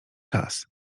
czas